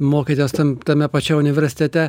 mokėtės tam tame pačiam universitete